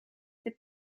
this